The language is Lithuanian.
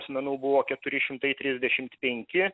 asmenų buvo keturi šimtai trisdešimt penki